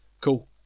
Cool